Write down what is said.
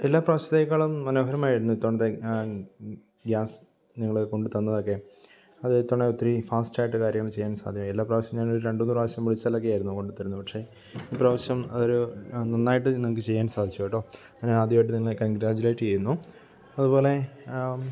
എല്ലാ പ്രാവശ്യത്തേക്കാളും മനോഹരമായിരുന്നു ഇത്തവണത്തെ ഗ് ഗ്യാസ് നിങ്ങള് കൊണ്ടുത്തന്നതെക്കെ അത് ഇത്തവണ ഇത്തിരി ഫാസ്റ്റായിട്ട് കാര്യങ്ങൾ ചെയ്യാൻ സാധ് എല്ലാ പ്രാവശ്യവും നിങ്ങൾ രണ്ടുമൂന്ന് പ്രാവശ്യം വിളിച്ചാലൊക്കെയായിരുന്നു കൊണ്ടുത്തരുന്നത് പക്ഷേ ഇപ്രാവശ്യം അതൊരു നന്നായിട്ട് നിങ്ങള്ക്ക് ചെയ്യാൻ സാധിച്ചു കെട്ടോ ഞാനാദ്യമായിട്ട് നിങ്ങളെ കൺഗ്രാജുലേറ്റെയ്യുന്നു അതുപോലെ